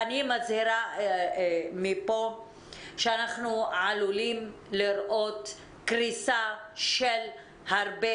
אני מזהירה מפה שאנחנו עלולים לראות קריסה של הרבה